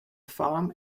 farm